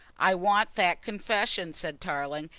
i want that confession, said tarling,